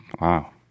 Wow